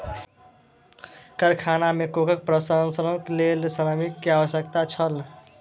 कारखाना में कोको प्रसंस्करणक लेल श्रमिक के आवश्यकता छल